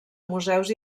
museus